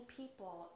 people